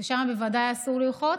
ושם בוודאי אסור לרחוץ.